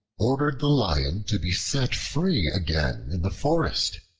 ordered the lion to be set free again in the forest,